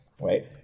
right